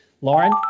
Lauren